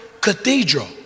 cathedral